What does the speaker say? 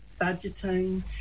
budgeting